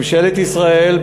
ממשלת ישראל,